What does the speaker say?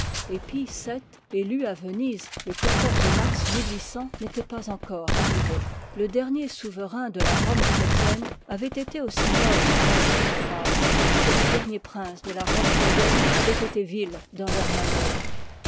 vii élu à venise le mars nétait pas encore arrivé le dernier souverain de la rome chrétienne avoit été aussi noble dans ses disgrâces que les derniers princes de la rome païenne avoient été vils dans leurs malheurs